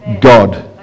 God